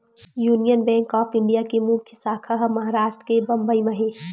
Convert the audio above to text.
union bank of India के मुख्य साखा ह महारास्ट के बंबई म हे